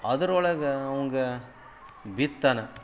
ಅದ್ರೊಳಗೆ ಅಂವ್ಗೆ ಬಿತ್ತಾನೆ